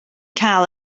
cael